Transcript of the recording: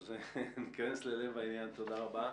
תודה רבה.